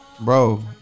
bro